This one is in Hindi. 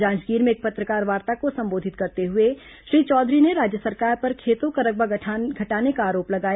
जांजगीर में एक पत्रकारवार्ता को संबोधित करते हुए श्री चौधरी ने राज्य सरकार पर खेतों का रकबा घटाने का आरोप लगाया